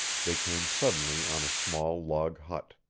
they came suddenly on a small log hut.